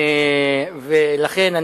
לכן, אני